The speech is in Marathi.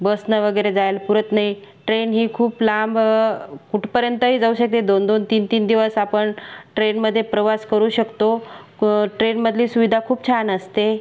बसनं वगैरे जायला पुरत नाही ट्रेन ही खूप लांब कुठपर्यंतही जाऊ शकते दोन दोन तीन तीन दिवस आपण ट्रेनमध्ये प्रवास करू शकतो प ट्रेनमधली सुविधा खूप छान असते